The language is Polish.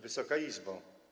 Wysoka Izbo!